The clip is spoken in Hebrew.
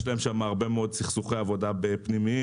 יש להם שם הרבה מאוד סכסוכי עבודה פנימיים.